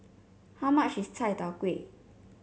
how much is Chai Tow Kway